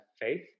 faith